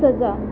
ਸਜ਼ਾ